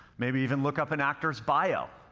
maybe even look up an actor's bio.